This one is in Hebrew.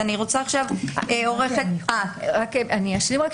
אני רק אשלים.